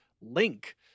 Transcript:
Link